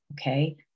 okay